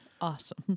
Awesome